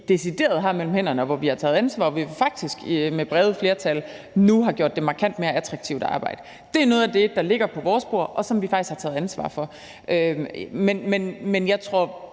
decideret har mellem hænderne, og hvor vi har taget ansvar og faktisk nu med brede flertal har gjort det markant mere attraktivt. Det er noget af det, der ligger på vores bord, og som vi faktisk har taget ansvar for. Men jeg er